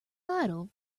idol